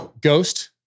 ghost